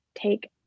take